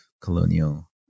colonial